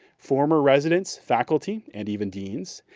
former residents, faculty, and even deans,